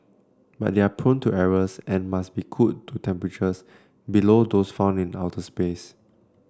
but they are prone to errors and must be cooled to temperatures below those found in outer space